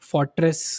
Fortress